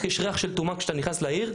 יש ריח של טומאה כשאתה נכנס לעיר,